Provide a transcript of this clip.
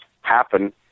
happen